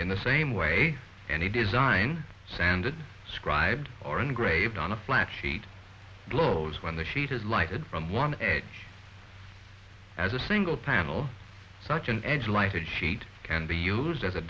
in the same way any design standard described or engraved on a flat sheet glows when the sheet is lighted from one edge as a single panel such an edge lighted sheet can be used as a